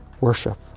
worship